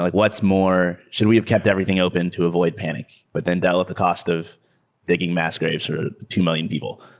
like what's more? should we have kept everything open to avoid panic? but then develop the cost of digging mass graves for two million people.